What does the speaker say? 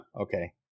okay